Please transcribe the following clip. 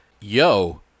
yo